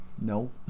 No